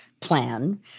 plan